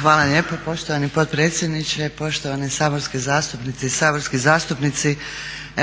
Hvala lijepo poštovani potpredsjedniče, poštovani saborski zastupnici.